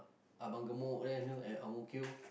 abang-gemuk at ang-mo-kio